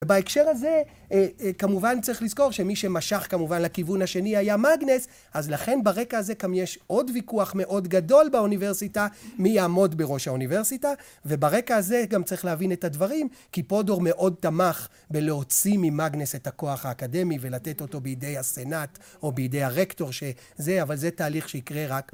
בהקשר הזה כמובן צריך לזכור שמי שמשך כמובן לכיוון השני היה מאגנס אז לכן ברקע הזה גם יש עוד ויכוח מאוד גדול באוניברסיטה מי יעמוד בראש האוניברסיטה וברקע הזה גם צריך להבין את הדברים כי פודור מאוד תמך בלהוציא ממאגנס את הכוח האקדמי ולתת אותו בידי הסנאט או בידי הרקטור שזה אבל זה תהליך שיקרה רק